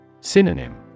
Synonym